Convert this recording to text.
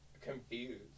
confused